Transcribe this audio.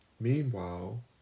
Meanwhile